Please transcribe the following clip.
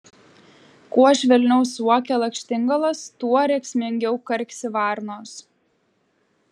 kuo švelniau suokia lakštingalos tuo rėksmingiau karksi varnos